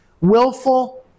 willful